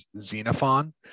xenophon